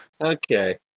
Okay